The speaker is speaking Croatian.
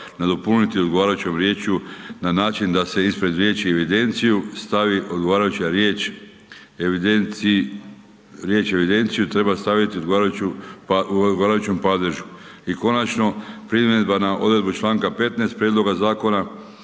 nadopuniti odgovarajućom riječju na način da se ispred riječi evidenciju treba staviti u odgovarajućem padežu. I konačno, primjedba na odredbu članka 15. prijedloga zakona